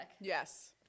Yes